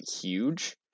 huge